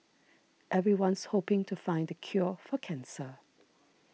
everyone's hoping to find the cure for cancer